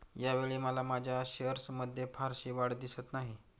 यावेळी मला माझ्या शेअर्समध्ये फारशी वाढ दिसत नाही